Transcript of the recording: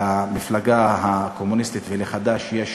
למפלגה הקומוניסטית ולחד"ש יש